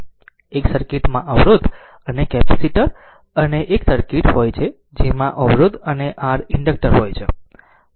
એક સર્કિટ માં અવરોધ અને કેપેસિટર અને એક સર્કિટ હોય છે જેમાં અવરોધ અને R ઇન્ડક્ટર હોય છે